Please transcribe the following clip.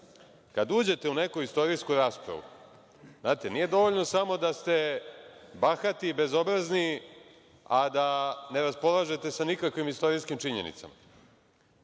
kada uđete u neku istorijsku raspravu, znate, nije dovoljno samo da ste bahati i bezobrazni, a da ne raspolažete sa nikakvim istorijskim činjenicama.